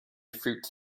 fruits